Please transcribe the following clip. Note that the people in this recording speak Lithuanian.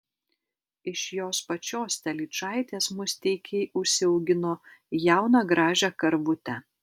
iš jos pačios telyčaitės musteikiai užsiaugino jauną gražią karvutę